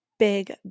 Big